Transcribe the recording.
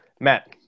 Matt